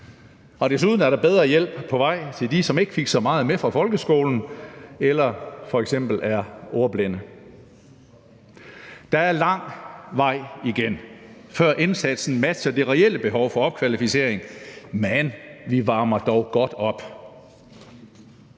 Desuden er der bedre hjælp på vej til dem, som ikke fik så meget med fra folkeskolen eller f.eks. er ordblinde. Der er lang vej igen, før indsatsen matcher det reelle behov for opkvalificering, men vi varmer dog godt op.